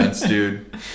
dude